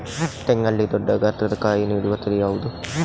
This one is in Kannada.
ತೆಂಗಲ್ಲಿ ದೊಡ್ಡ ಗಾತ್ರದ ಕಾಯಿ ನೀಡುವ ತಳಿ ಯಾವುದು?